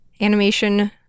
animation